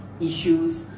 issues